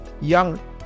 young